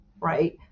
right